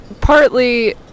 partly